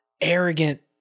arrogant